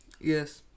Yes